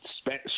spent